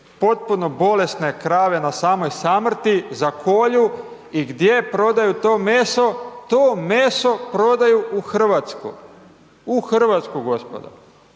potpuno bolesne krave na samoj samrti zakolju i gdje prodaju to meso? To meso prodaju u Hrvatsku, u Hrvatsku gospodo,